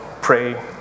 pray